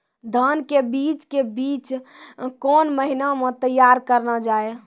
धान के बीज के बीच कौन महीना मैं तैयार करना जाए?